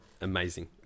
Amazing